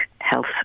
health